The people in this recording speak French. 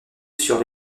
sur